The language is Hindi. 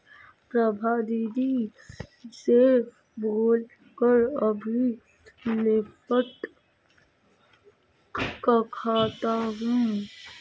प्रभा दीदी से बोल कर अभी नेफ्ट करवाता हूं